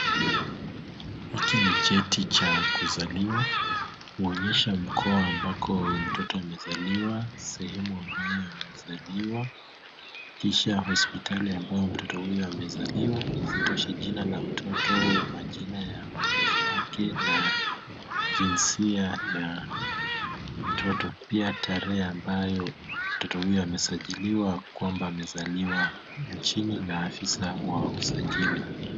Hiki ni cheti cha kuzaliwa, huonyesha mkoo amabapo mtoto amezaliwa, sehemu ambayo amezaliwa, kisha hospitali ambayo mtoto amezaliwa. Isitoshe jina na majina ya wazazi wake na jinsia ya mtoto, pia tarehe ambayo mtoto huyo amesajiliwa kwamba amezaliwa nchini na afisa wa usajili.